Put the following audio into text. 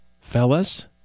Fellas